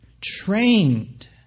trained